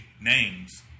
names